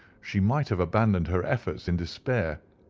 she might have abandoned her efforts in despair,